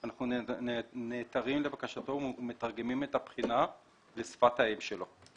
אנחנו נעתרים לבקשתו ומתרגמים את הבחינה לשפת האם שלו.